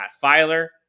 Filer